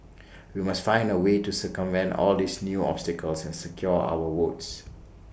we must find A way to circumvent all these new obstacles and secure our votes